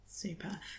Super